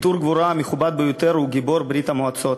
עיטור הגבורה המכובד ביותר הוא "גיבור ברית-המועצות",